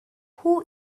who